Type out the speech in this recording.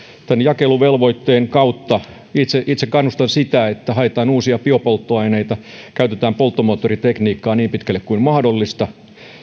tämän jakeluvelvoitteen kautta itse itse kannustan sitä että haetaan uusia biopolttoaineita käytetään polttomoottoritekniikkaa niin pitkälle kuin mahdollista